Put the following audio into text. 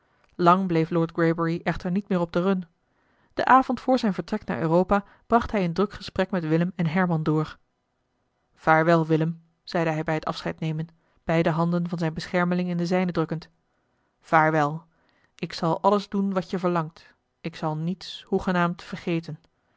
lang bleef lord greybury echter niet meer op de run den avond voor zijn vertrek naar europa bracht hij in druk gesprek met willem en herman door vaarwel willem zeide hij bij het afscheid nemen beide handen van zijn beschermeling in de zijne drukkend vaarwel ik zal alles doen wat je verlangt ik zal niets hoegenaamd vergeten